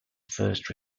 first